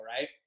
right